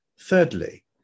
Thirdly